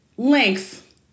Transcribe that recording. Length